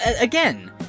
Again